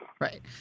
Right